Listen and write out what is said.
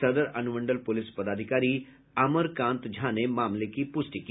सदर अनुमंडल पुलिस पदाधिकारी अमरकांत झा ने मामले की पुष्टि की